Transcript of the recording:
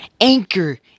Anchor